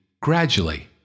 gradually